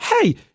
hey